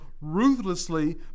ruthlessly